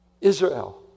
Israel